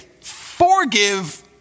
Forgive